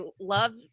love